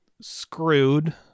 screwed